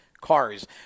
cars